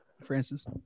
Francis